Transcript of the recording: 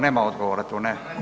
Nema odgovora tu, ne.